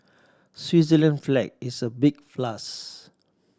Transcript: Switzerland flag is a big plus